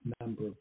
number